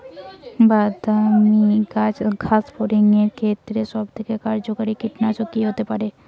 বাদামী গাছফড়িঙের ক্ষেত্রে সবথেকে কার্যকরী কীটনাশক কি হতে পারে?